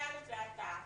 מא' ועד ת',